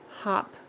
hop